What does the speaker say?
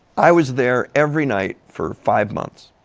i was there every night for five months.